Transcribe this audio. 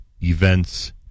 events